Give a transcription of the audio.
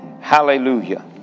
Hallelujah